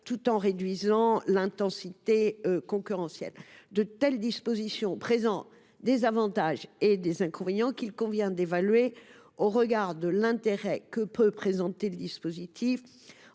tout en réduisant l’intensité concurrentielle. De telles dispositions présentent à la fois des avantages et des inconvénients. Il convient de les évaluer au regard de l’intérêt que peut présenter le dispositif